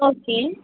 okay